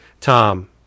Tom